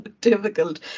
difficult